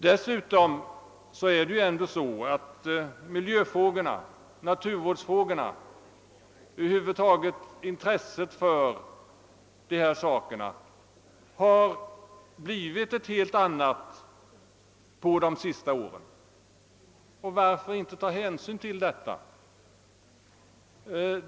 Dessutom har intresset för miljöfrågorna, naturvårdsfrågorna och andra därmed sammanhängande spörsmål blivit ett helt annat under de senaste åren än tidigare. Varför inte ta hänsyn till detta förhållande?